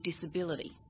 disability